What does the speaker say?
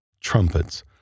trumpets